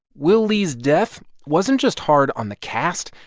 will lee's death wasn't just hard on the cast.